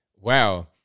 Wow